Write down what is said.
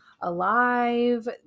alive